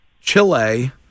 Chile